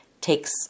takes